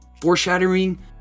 foreshadowing